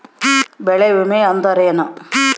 ಬೆಳೆ ವಿಮೆ ಅಂದರೇನು?